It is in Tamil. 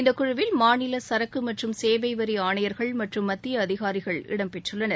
இந்த குழுவில் மாநில சரக்கு மற்றும் சேவை வரி ஆணையர்கள் மற்றும் மத்திய அதிகாரிகள் இடம்பெற்றுள்ளனர்